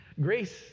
Grace